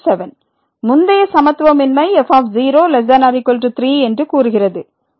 முந்தைய சமத்துவமின்மை f03 என்று கூறுகிறது